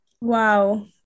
wow